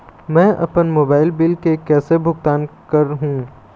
मैं अपन mobile bill के कैसे भुगतान कर हूं?